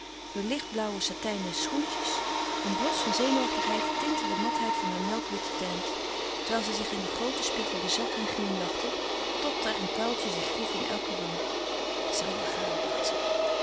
heur lichtblauwe satijnen schoentjes een blos van zenuwachtigheid tintte de matheid van haar melkwit teint terwijl zij zich in den grooten spiegel bezag en glimlachte tot er een kuiltje zich groef in elke wang het zou wel gaan dacht ze